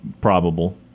probable